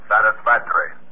Satisfactory